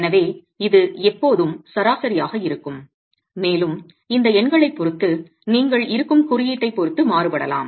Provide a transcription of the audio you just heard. எனவே இது எப்போதும் சராசரியாக இருக்கும் மேலும் இந்த எண்களைப் பொறுத்து நீங்கள் இருக்கும் குறியீட்டைப் பொறுத்து மாறுபடலாம்